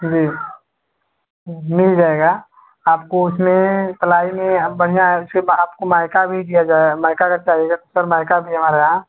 जी मिल जाएगा आपको उसमें प्लाई में आप बढ़िया सिर्फ़ आपको माइका भी दिया जाए माइका अगर चाहिए माइका भी हमारा